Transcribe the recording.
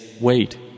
wait